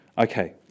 Okay